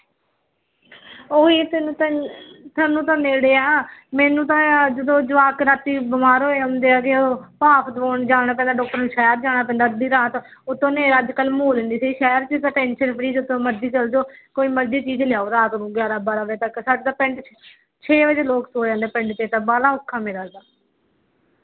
ਉਹੀ ਤੈਨੂੰ ਤੈਨੂੰ ਤੁਹਾਨੂੰ ਤਾਂ ਨੇੜੇ ਆ ਮੈਨੂੰ ਤਾਂ ਜਦੋਂ ਜਵਾਕ ਰਾਤੀ ਬਿਮਾਰ ਹੋਏ ਹੁੰਦੇ ਆ ਜੇ ਉਹ ਭਾਫ ਦੂਣ ਜਾਣ ਡਾਕਟਰ ਨੂੰ ਸ਼ਹਿਰ ਜਾਣਾ ਪੈਂਦਾ ਅੱਧੀ ਰਾਤ ਉਤੋਂ ਹਨੇਰਾ ਅੱਜ ਕੱਲ੍ਹ ਮਾਹੌਲ ਨਹੀਂ ਸਹੀ ਸ਼ਹਿਰ ਸੀ ਸ਼ਹਿਰ ਚ ਤਾਂ ਟੈਨਸ਼ਨ ਫਰੀ ਜਿਥੋਂ ਮਰਜ਼ੀ ਚਲ ਜਾਓ ਕੋਈ ਮਰਜੀ ਚੀਜ਼ ਲਿਆਓ ਰਾਤ ਨੂੰ ਗਿਆਰਾਂ ਬਾਰਾਂ ਵਜੇ ਤੱਕ ਸਾਡਾ ਪਿੰਡ ਛੇ ਵਜੇ ਲੋਕ ਸੋ ਜਾਂਦੇ ਪਿੰਡ 'ਤੇ ਤਾਂ ਬਾਹਲਾ ਔਖਾ ਮੇਰਾ ਤਾਂ